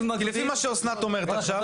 מגדיר --- לפי מה שאסנת אומרת עכשיו,